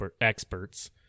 experts